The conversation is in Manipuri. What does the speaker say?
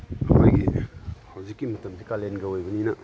ꯑꯩꯈꯣꯏꯒꯤ ꯍꯧꯖꯤꯛꯀꯤ ꯃꯇꯝꯁꯦ ꯀꯥꯂꯦꯟꯒ ꯑꯣꯏꯕꯅꯤꯅ